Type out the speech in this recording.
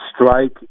strike